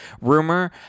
rumor